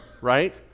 right